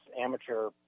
amateur